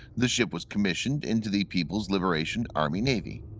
the ship was commissioned into the people's liberation army navy.